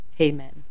Amen